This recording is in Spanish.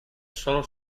solo